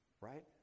right